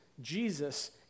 Jesus